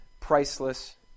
priceless